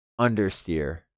understeer